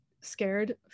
scared